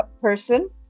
person